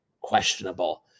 Questionable